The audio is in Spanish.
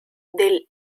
del